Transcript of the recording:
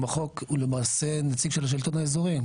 בחוק הוא למעשה נציג של השלטון האזורי,